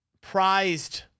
prized